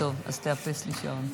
טוב, אז תאפס לי שעון.